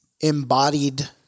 embodied